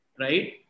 right